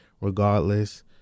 regardless